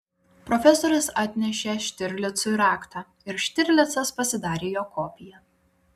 profesorius atnešė štirlicui raktą ir štirlicas pasidarė jo kopiją